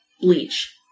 bleach